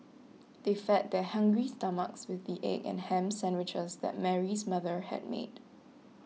they fed their hungry stomachs with the egg and ham sandwiches that Mary's mother had made